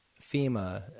FEMA